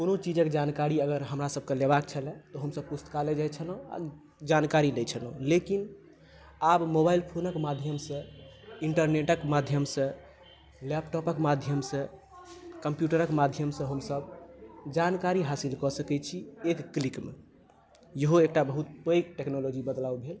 कोनो चीजक जानकारी अगर हमरा सब के लेबाक छलए तऽ हमसब पुस्तकालय जाय छलहुॅं आ जानकारी लै छलहुॅं लेकिन आब मोबाइल फ़ोनक माध्यमसँ इन्टरनेट क माध्यमसँ लैपटॉप क माध्यमसँ कंप्यूटर क माध्यमसँ हमसब जानकारी हासिल कऽ सकै छी एक क्लीक मे इहो एकटा बहुत पैघ टेक्नोलॉजी बदलाव भेल